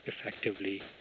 effectively